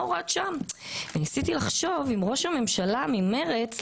ניסיתי לחשוב: אם ראש הממשלה ממרצ,